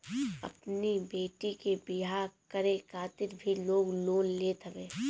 अपनी बेटी के बियाह करे खातिर भी लोग लोन लेत हवे